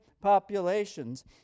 populations